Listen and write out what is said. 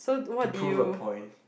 to prove a point